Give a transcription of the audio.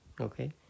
Okay